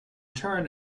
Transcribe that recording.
turn